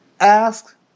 ask